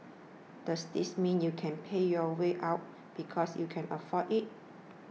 does this mean you can pay your way out because you can afford it